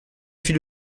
fis